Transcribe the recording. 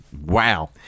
Wow